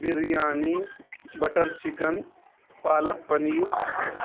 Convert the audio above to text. biryani butter chicken palak paneer